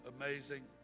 amazing